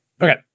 Okay